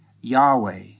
Yahweh